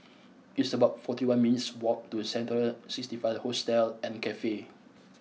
it's about forty one minutes' walk to Central sixty five Hostel and Cafe